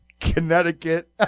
Connecticut